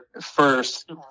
first